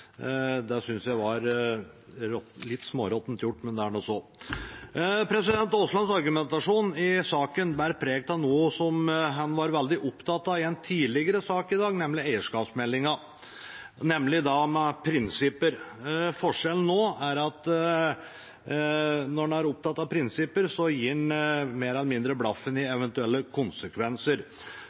Det synes jeg var litt småråttent gjort, men det er nå så. Representanten Aaslands argumentasjon i saken bærer preg av noe han var veldig opptatt av i en tidligere sak i dag, eierskapsmeldingen – nemlig prinsipper. Forskjellen nå er at når en er opptatt av prinsipper, gir en mer eller mindre blaffen i eventuelle konsekvenser.